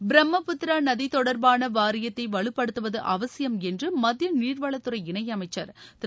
பிரம்மபுத்திரா நதி தொடர்பான வாரியத்தை வலுப்படுத்துவது அவசியம் என்று மத்திய நீர்வளத்துறை இணையமைச்சர் திரு